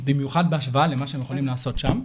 במיוחד בהשוואה למה שהם יכולים לעשות שם.